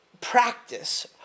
practice